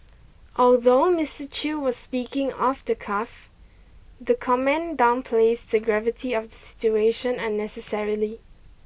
although Mister Chew was speaking off the cuff the comment downplays the gravity of the situation unnecessarily